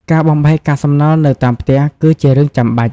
ការបំបែកកាកសំណល់នៅតាមផ្ទះ គឺជារឿងចាំបាច់។